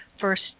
first